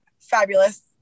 Fabulous